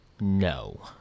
no